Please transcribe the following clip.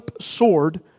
sword